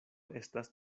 estas